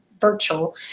virtual